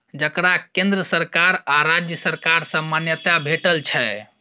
जकरा केंद्र सरकार आ राज्य सरकार सँ मान्यता भेटल छै